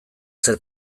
zer